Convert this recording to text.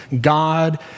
God